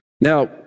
Now